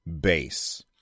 base